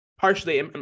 Partially